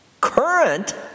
current